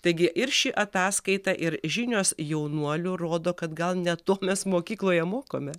taigi ir ši ataskaita ir žinios jaunuolių rodo kad gal ne to mes mokykloje mokome